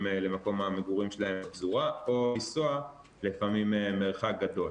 למקום המגורים שלהם בפזורה או לנסוע לפעמים מרחק גדול.